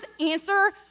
answer